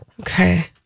okay